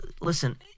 Listen